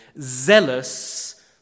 zealous